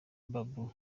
babou